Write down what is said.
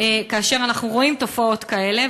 כאשר אנחנו רואים תופעות כאלה,